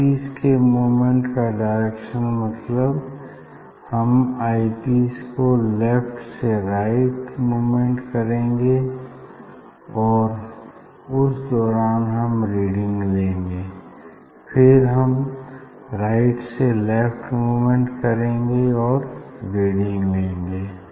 आई piece के movement का direction मतलब हम आई पीस को लेफ्ट से राइट मोवेमेंट करेंगे और उस दौरान हम रीडिंग लेंगे फिर हम राइट से लेफ्ट मूवमेंट करेंगे और रीडिंग लेंगे